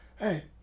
hey